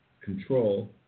control